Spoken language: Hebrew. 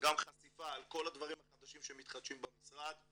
גם חשיפה על כל הדברים שמתחדשים במשרד,